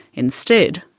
instead,